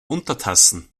untertassen